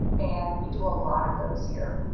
and we do a lot of those here.